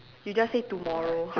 you just say tomorrow